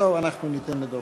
טוב, אנחנו ניתן גם לדב